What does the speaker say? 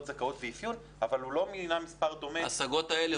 זכאות ואפיון אבל הוא לא מינה מספר דומה -- עד